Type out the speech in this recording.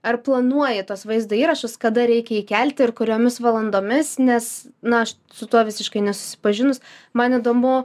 ar planuoji tuos vaizdo įrašus kada reikia įkelti ir kuriomis valandomis nes na aš su tuo visiškai nesusipažinus man įdomu